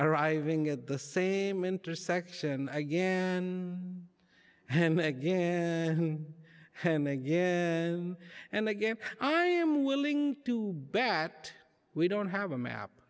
arriving at the same intersection again and again and again and again i am willing to bet that we don't have a map